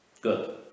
Good